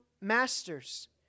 masters